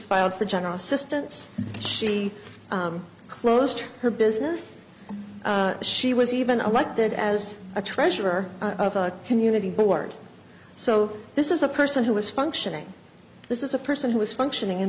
filed for general assistance she closed her business she was even elected as a treasurer of a community board so this is a person who was functioning this is a person who was functioning in